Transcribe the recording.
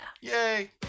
Yay